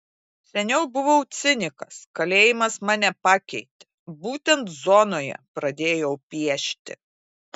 seniau buvau cinikas kalėjimas mane pakeitė būtent zonoje pradėjau piešti